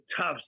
tough